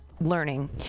learning